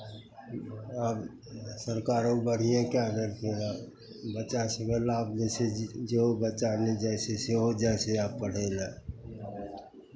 आब सरकारो बढ़िएँ कए देलकै हन आब बच्चासभकेँ लाभ दै छै जेहो बच्चा नहि जाइ छै सेहो जाइ छै आब पढ़य लेल